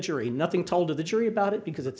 jury nothing told the jury about it because it's